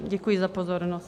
Děkuji za pozornost.